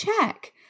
check